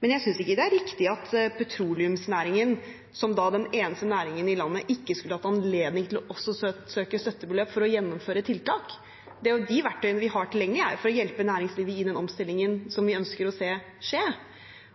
Men jeg synes ikke det er riktig at petroleumsnæringen, som den eneste næringen i landet, ikke skulle hatt anledning til også å søke støttebeløp for å gjennomføre tiltak. De verktøyene vi har tilgjengelige, er for å hjelpe næringslivet i den omstillingen vi ønsker å se skje.